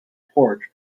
porch